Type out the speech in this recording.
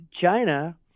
China